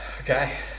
Okay